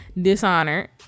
dishonor